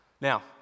Now